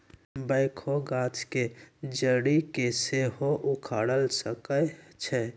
backhoe गाछ के जड़ी के सेहो उखाड़ सकइ छै